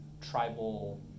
tribal